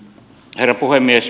herra puhemies